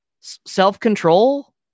self-control